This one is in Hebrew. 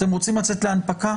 אתם רוצים לצאת להנפקה?